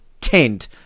tent